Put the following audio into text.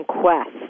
quest